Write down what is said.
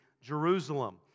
Jerusalem